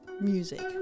music